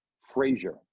Frazier